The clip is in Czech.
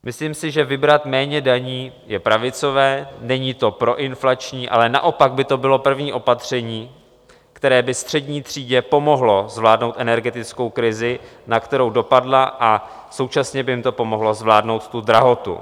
Myslím si, že vybrat méně daní je pravicové, není to proinflační, ale naopak by to bylo první opatření, které by střední třídě pomohlo zvládnout energetickou krizi, která dopadla, a současně by jim to pomohlo zvládnout tu drahotu.